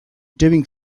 doing